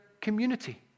community